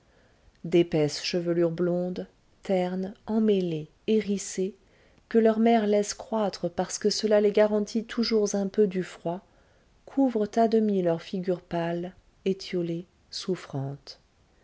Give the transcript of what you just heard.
d'épaisses chevelures blondes ternes emmêlées hérissées que leur mère laisse croître parce que cela les garantit toujours un peu du froid couvrent à demi leurs figures pâles étiolées souffrantes